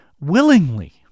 willingly